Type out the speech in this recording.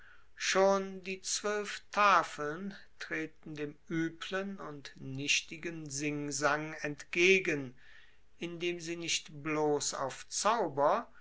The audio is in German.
schon die zwoelf tafeln treten dem ueblen und nichtigen singsang entgegen indem sie nicht bloss auf zauber